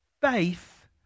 Faith